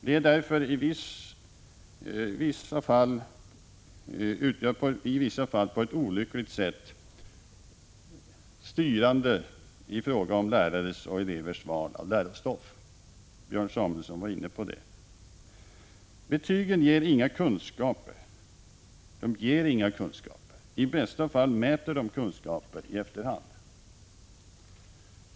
De är därför i vissa fall på ett olyckligt sätt styrande i fråga om lärares och elevers val av lärostoff; Björn Samuelson var inne på det. Betygen ger inga kunskaper. I bästa fall mäter de kunskaper i efterhand.